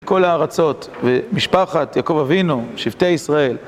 כל הארצות, ומשפחת יעקב אבינו, שבטי ישראל.